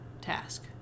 task